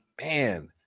man